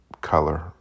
color